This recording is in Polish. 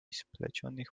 splecionych